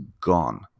gone